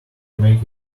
make